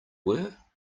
were